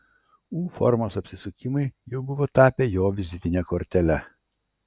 u formos apsisukimai jau buvo tapę jo vizitine kortele